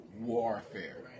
warfare